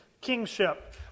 kingship